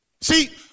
See